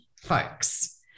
folks